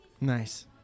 Nice